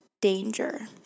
danger